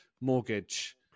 mortgage